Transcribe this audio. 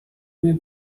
may